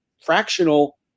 fractional